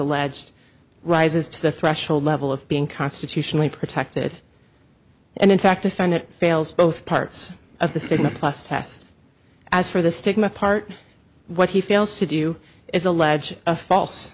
alleged rises to the threshold level of being constitutionally protected and in fact to find it fails both parts of the statement plus test as for the stigma part what he fails to do is allege a false